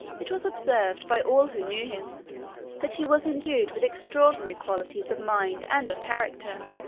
it was observed by all who knew him that he was endued with extraordinary qualities of mind and of character,